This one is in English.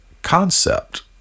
concept